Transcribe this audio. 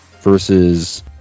versus